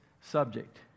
subject